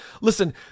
Listen